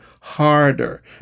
harder